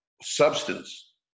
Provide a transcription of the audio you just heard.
substance